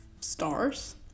stars